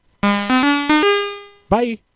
Bye